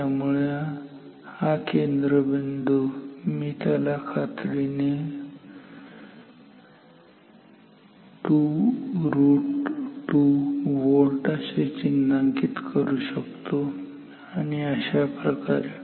त्यामुळे हा केंद्रबिंदू मी त्याला खात्रीने 2√2 व्होल्ट असे चिन्हांकित करू शकतो आणि अशाप्रकारे